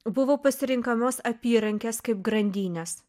buvo pasirenkamos apyrankės kaip grandinės